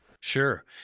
Sure